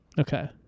Okay